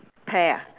pear ah